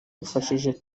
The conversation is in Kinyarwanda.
wifashishije